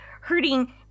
hurting